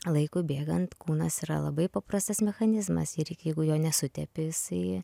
laikui bėgant kūnas yra labai paprastas mechanizmas ir jeigu jo nesutepi jisai